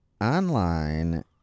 online